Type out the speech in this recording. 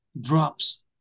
drops